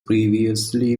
previously